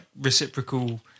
reciprocal